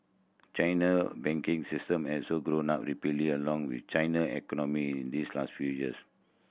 China banking system has all grown up rapidly along with China economy in this last few years